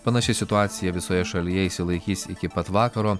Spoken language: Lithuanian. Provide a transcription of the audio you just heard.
panaši situacija visoje šalyje išsilaikys iki pat vakaro